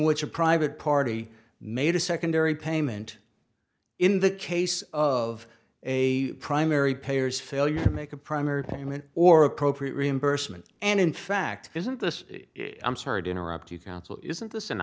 which a private party made a secondary payment in the case of a primary payers failure to make a primary payment or appropriate reimbursement and in fact isn't this i'm sorry to interrupt you counsel isn't this an